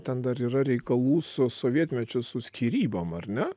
ten dar yra reikalų su sovietmečiu su skyrybom ar ne